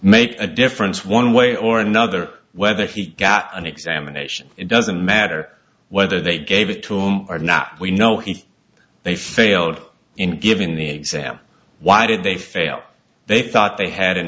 make a difference one way or another whether he got an examination it doesn't matter whether they gave it to whom or not we know he they failed in giving the exam why did they fail they thought they had an